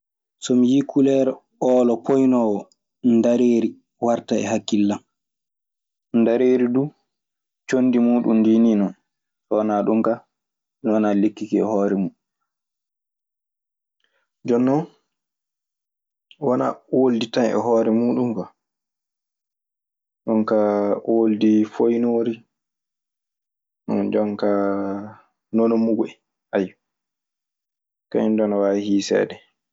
So mi yii kuleer oolo poynoowo, ndareeri warta e hakkille an. Ndareeri du, conndi muuɗun ndii nii non. So wanaa ɗun kaa. Wanaa lekki kii e hoore mun. Jonnon wanaa ooldi tan e hoore muuɗun kwa. Jonkaa ooldi foynoori. Jonkaa nonomugu en. Ayyo, kañun duu ana waawi hiiseede.